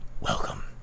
Welcome